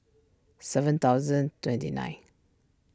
seven thousand twenty nine